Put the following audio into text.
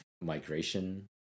migration